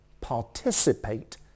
participate